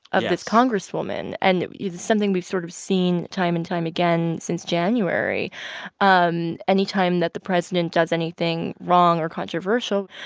of this congresswoman. and something we've sort of seen time and time again since january um any time that the president does anything wrong or controversial,